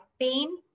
pain